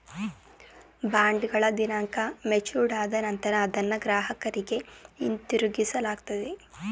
ಬಾಂಡ್ಗಳ ದಿನಾಂಕ ಮೆಚೂರ್ಡ್ ಆದ ನಂತರ ಅದನ್ನ ಗ್ರಾಹಕರಿಗೆ ಹಿಂತಿರುಗಿಸಲಾಗುತ್ತದೆ